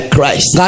Christ